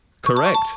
Correct